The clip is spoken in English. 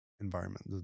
environment